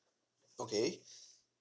okay